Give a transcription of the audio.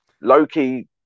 Loki